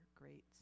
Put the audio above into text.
great